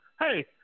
Hey